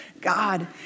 God